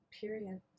Period